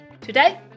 Today